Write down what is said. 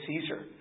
Caesar